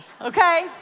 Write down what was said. okay